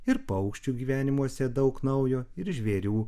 ir paukščių gyvenimuose daug naujo ir žvėrių